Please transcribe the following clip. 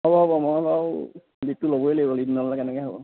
হ'ব হ'ব মই বাৰু লিডটো ল'বই লাগিব লিড ন'ললে কেনেকৈ হ'ব